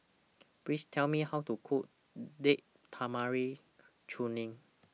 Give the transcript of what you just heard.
Please Tell Me How to Cook Date Tamarind Chutney